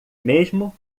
mesmo